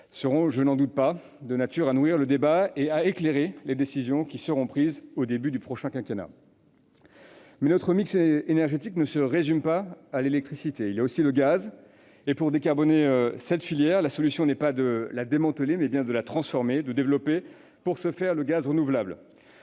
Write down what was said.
seront- je n'en doute pas -de nature à nourrir le débat et à éclairer les décisions qui seront prises au début du prochain quinquennat. Mais notre mix énergétique ne se résume pas à l'électricité : il y a aussi le gaz. Pour décarboner cette filière, la solution est non pas de la démanteler, mais bien de la transformer et de développer, pour ce faire, le gaz renouvelable.